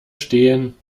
stehen